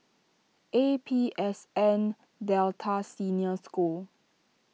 A P S N Delta Senior School